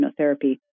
immunotherapy